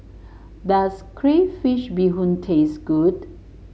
does Crayfish Beehoon taste good